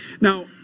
Now